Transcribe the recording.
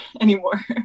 anymore